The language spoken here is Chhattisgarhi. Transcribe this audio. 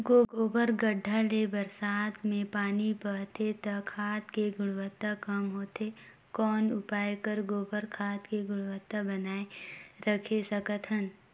गोबर गढ्ढा ले बरसात मे पानी बहथे त खाद के गुणवत्ता कम होथे कौन उपाय कर गोबर खाद के गुणवत्ता बनाय राखे सकत हन?